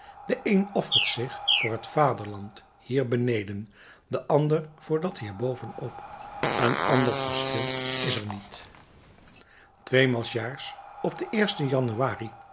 de een offert zich voor het vaderland hierbeneden de ander voor dat hierboven op een ander verschil is er niet tweemaal s jaars op den eersten januari